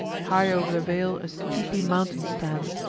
high o'er the vale a steepy mountain stands,